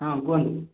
ହଁ କୁହନ୍ତୁ